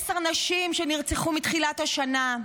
עשר נשים נרצחו מתחילת השנה,